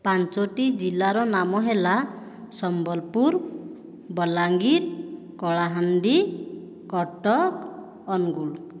ପାଞ୍ଚଟି ଜିଲ୍ଲାର ନାମ ହେଲା ସମ୍ବଲପୁର ବଲାଙ୍ଗୀର କଳାହାଣ୍ଡି କଟକ ଅନୁଗୁଳ